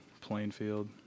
Plainfield